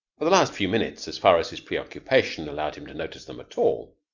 for the last few minutes, as far as his preoccupation allowed him to notice them at all,